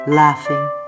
laughing